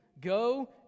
Go